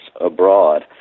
Abroad